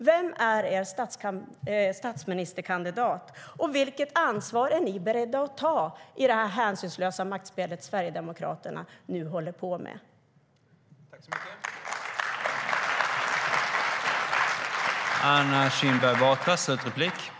Vem är er statsministerkandidat? Vilket ansvar är ni beredda att ta i det hänsynslösa maktspel Sverigedemokraterna nu håller på med?